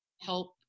help